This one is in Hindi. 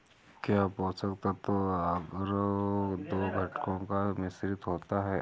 क्या पोषक तत्व अगरो दो घटकों का मिश्रण होता है?